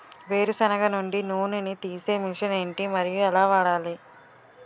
వేరు సెనగ నుండి నూనె నీ తీసే మెషిన్ ఏంటి? మరియు ఎలా వాడాలి?